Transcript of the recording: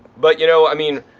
but, you know, i mean,